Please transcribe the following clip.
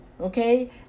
Okay